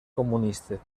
comunista